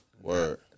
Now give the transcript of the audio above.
Word